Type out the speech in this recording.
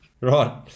Right